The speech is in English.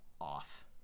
off